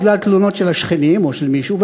בגלל תלונות של השכנים או של מישהו,